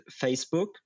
Facebook